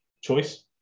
choice